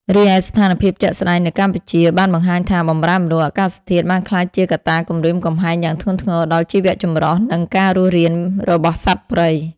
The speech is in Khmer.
រីឯ ស្ថានភាពជាក់ស្តែងនៅកម្ពុជាបានបង្ហាញថា បម្រែបម្រួលអាកាសធាតុបានក្លាយជាកត្តាគំរាមកំហែងយ៉ាងធ្ងន់ធ្ងរដល់ជីវចម្រុះ និងការរស់រានរបស់សត្វព្រៃ។